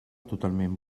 totalment